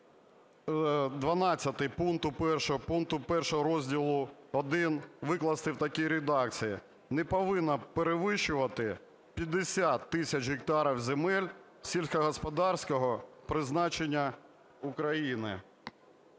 пункту 1 розділу І викласти в такій редакції: "Не повинно перевищувати 50 тисяч гектарів земель сільськогосподарського призначення України".